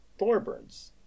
Thorburns